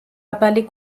დაბალი